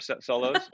solos